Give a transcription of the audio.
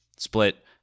Split